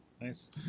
nice